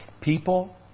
people